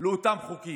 לאותם חוקים.